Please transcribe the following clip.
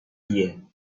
year